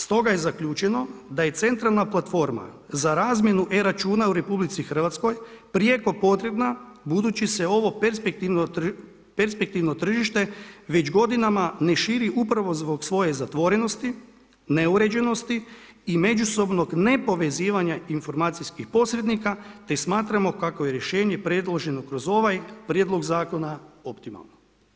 Stoga je zaključeno, da je centralna platforma, za razmjenu e-računa u RH, prijeko potrebna, budući se ovo perspektivno tržište već godinama, ne širi upravo zbog svoje zatvorenosti, neuređenosti i međusobnog nepovezivanja informacijskih posrednika, te smatramo kako je rješenje preloženo kroz ovaj prijedlog zakona, optimalan.